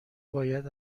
باید